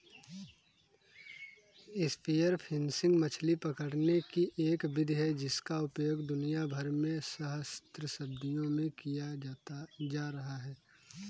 spear fishing मछली पकड़ने की एक विधि है जिसका उपयोग दुनिया भर में सहस्राब्दियों से किया जाता रहा है